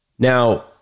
Now